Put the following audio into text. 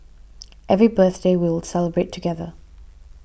every birthday we'll celebrate together